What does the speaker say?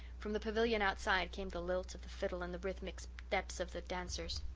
from the pavilion outside came the lilt of the fiddle and the rhythmic so steps of the dancers.